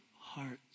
hearts